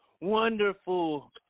wonderful